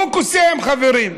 הוא קוסם, חברים.